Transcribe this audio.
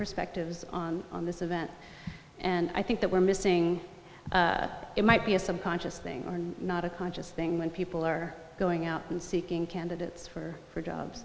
perspectives on this event and i think that we're missing it might be a subconscious thing and not a conscious thing when people are going out and seeking candidates for their jobs